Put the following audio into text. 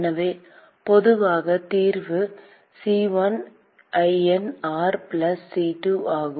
எனவே பொதுவான தீர்வு C1 ln r plus C2 ஆகும்